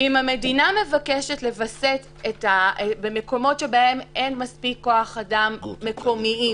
אם המדינה לווסת במקומות שבהם אין מספיק כוח אדם מקומיים,